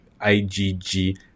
IgG